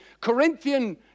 Corinthian